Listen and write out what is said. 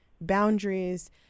boundaries